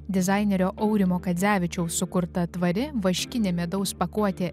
dizainerio aurimo kadzevičiaus sukurta tvari vaškinė medaus pakuotė